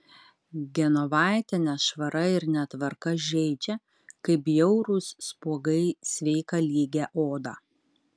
genovaitę nešvara ir netvarka žeidžia kaip bjaurūs spuogai sveiką lygią odą